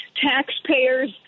taxpayers